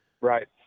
Right